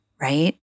right